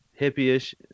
Hippie-ish